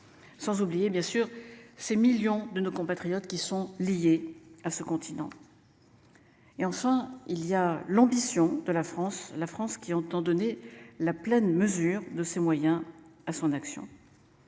Sans oublier bien sûr ces millions de nos compatriotes qui sont liés à ce continent. Et enfin il y a l'ambition de la France, la France, qui entend donner la pleine mesure de ses moyens à son action.